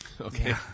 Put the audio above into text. Okay